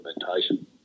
implementation